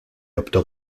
optó